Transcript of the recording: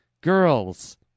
girls